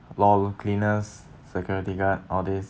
bathroom cleaners security guard all these